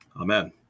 Amen